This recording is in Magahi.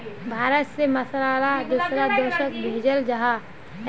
भारत से मसाला ला दुसरा देशोक भेजल जहा